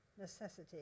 necessity